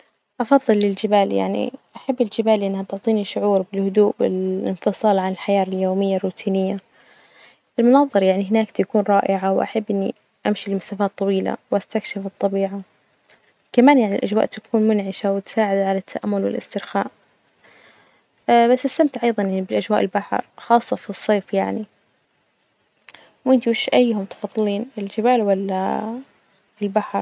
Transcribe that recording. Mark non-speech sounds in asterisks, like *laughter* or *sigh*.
أفظل الجبال يعني أحب الجبال لإنها تعطيني شعور بالهدوء والإنفصال عن الحياة اليومية الروتينية، المناظر يعني هناك تكون رائعة، وأحب إني أمشي لمسافات طويلة وأستكشف الطبيعة، كمان يعني الأجواء تكون منعشة وتساعد على التأمل والإسترخاء *hesitation* بس أستمتع أيضا بأجواء البحر خاصة في الصيف يعني، وإنتي وش أيهم تفضلين الجبال ولا *hesitation* البحر?